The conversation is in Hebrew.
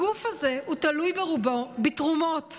הגוף הזה הוא תלוי ברובו בתרומות,